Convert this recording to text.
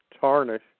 tarnish